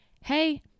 hey